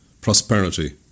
prosperity